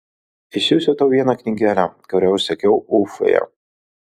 išsiųsiu tau vieną knygelę kurią užsakiau ufoje